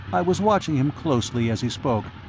i was watching him closely as he spoke,